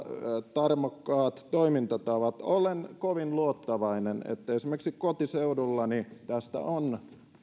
tarmokkaat toimintatavat olen kovin luottavainen että esimerkiksi kotiseudullani tästä on